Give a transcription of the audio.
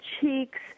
cheeks